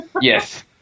Yes